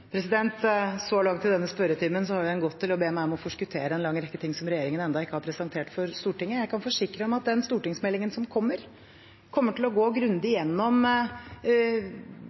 Så langt har denne spørretimen gått til å be meg om å forskuttere en lang rekke ting som regjeringen ennå ikke har presentert for Stortinget. Jeg kan forsikre om at den stortingsmeldingen som kommer, kommer til å gå grundig gjennom